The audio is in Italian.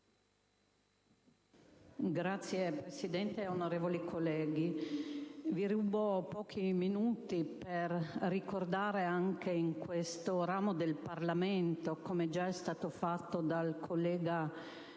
Signor Presidente, onorevoli colleghi, ruberò solo pochi minuti per ricordare anche in questo ramo del Parlamento, com'è stato già fatto dal collega